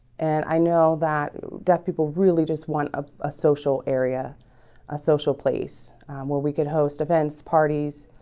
and i know that deaf people really just want ah a social area a social place where we could host events parties